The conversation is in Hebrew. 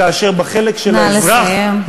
כאשר בחלק של האזרח,